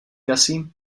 gussie